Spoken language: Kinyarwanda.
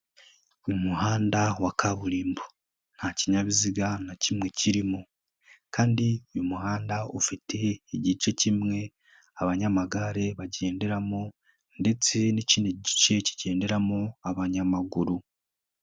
Ku muhanda wa kaburimbo nta kinyabiziga na kimwe kirimo kandi uyu muhanda ufite igice kimwe abanyamagare bagenderamo ndetse n'ikindi gice kigenderamo abanyamaguru.